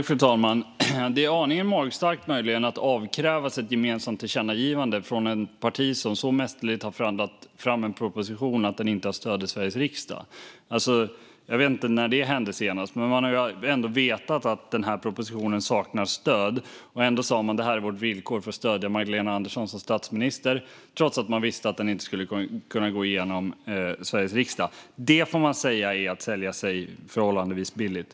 Fru talman! Det är aningen magstarkt att vi avkrävs ett gemensamt tillkännagivande från ett parti som så mästerligt har förhandlat fram en proposition att den inte har stöd i Sveriges riksdag. Jag vet inte när det hände senast. Man har vetat att den här propositionen saknar stöd och inte skulle kunna gå igenom i Sveriges riksdag, och ändå sa man: Det här är vårt villkor för att stödja Magdalena Andersson som statsminister. Det får man säga är att sälja sig förhållandevis billigt.